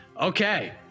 Okay